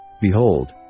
Behold